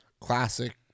classic